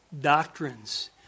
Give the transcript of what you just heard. doctrines